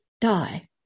die